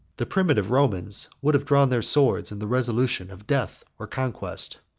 the primitive romans would have drawn their swords in the resolution of death or conquest.